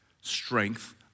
Strength